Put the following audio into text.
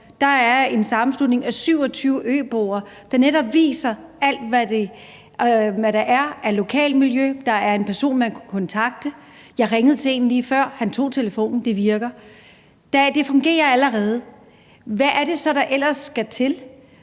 tale om en sammenslutning af 27 øboere, og den viser alt, hvad der er af lokalmiljø. Der er en person, man kan kontakte. Jeg ringede til en lige før, og han tog telefonen, så det virker. Det fungerer allerede. Hvad er det så, der ellers skal til?